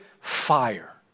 fire